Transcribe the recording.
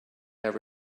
there